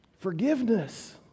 Forgiveness